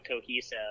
cohesive